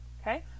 Okay